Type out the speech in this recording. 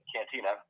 Cantina